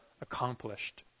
accomplished